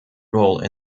role